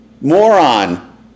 moron